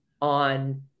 on